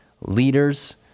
leaders